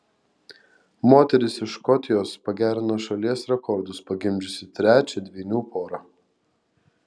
moteris iš škotijos pagerino šalies rekordus pagimdžiusi trečią dvynių porą